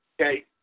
okay